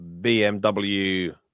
BMW